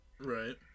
Right